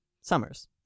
Summers